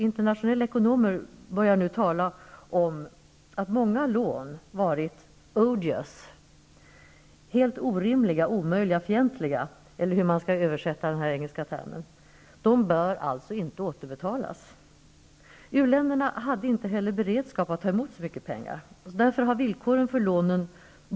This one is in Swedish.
Internationella ekonomer börjar nu tala om att många lån varit ''odious'', dvs. helt orimliga, omöjliga, fientliga, eller hur man skall översätta den här engelska termen. De bör alltså inte återbetalas. U länderna hade inte heller beredskap att ta emot så mycket pengar.